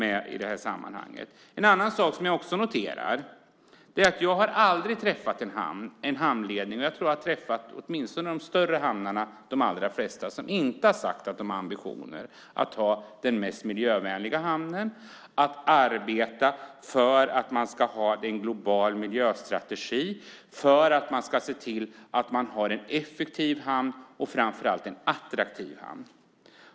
En annan sak som jag också noterar är att jag aldrig har träffat en hamnledning - och jag tror att jag har träffat de allra flesta åtminstone från de större hamnarna - som inte har sagt att de har ambitionen att ha den mest miljövänliga hamnen och att de ska arbeta för att ha en global miljöstrategi för att se till att de har en effektiv hamn och framför allt en attraktiv hamn.